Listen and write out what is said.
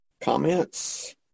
comments